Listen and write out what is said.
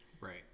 Right